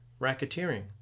racketeering